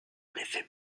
effet